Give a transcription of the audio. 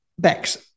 Bex